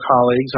colleagues